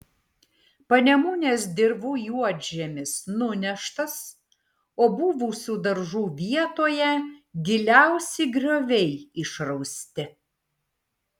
panemunės dirvų juodžemis nuneštas o buvusių daržų vietoje giliausi grioviai išrausti